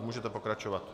Můžete pokračovat.